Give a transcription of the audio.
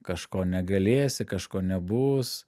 kažko negalėsi kažko nebus